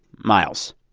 miles,